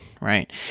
right